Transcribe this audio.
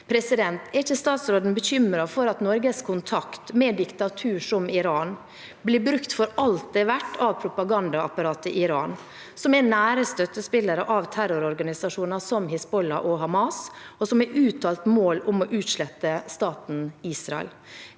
oktober. Er ikke statsråden bekymret for at Norges kontakt med diktatur som Iran blir brukt for alt det er verdt av propagandaapparatet i Iran, som er nære støttespillere av terrororganisasjoner som Hizbollah og Hamas, som har som et uttalt mål å utslette staten Israel?